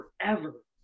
forever